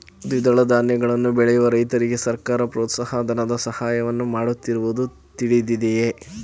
ದ್ವಿದಳ ಧಾನ್ಯಗಳನ್ನು ಬೆಳೆಯುವ ರೈತರಿಗೆ ಸರ್ಕಾರ ಪ್ರೋತ್ಸಾಹ ಧನದ ಸಹಾಯವನ್ನು ಮಾಡುತ್ತಿರುವುದು ತಿಳಿದಿದೆಯೇ?